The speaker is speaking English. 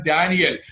Daniel